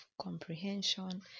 comprehension